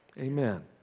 Amen